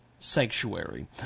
Sanctuary